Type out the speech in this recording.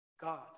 God